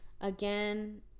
again